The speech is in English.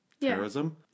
terrorism